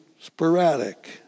sporadic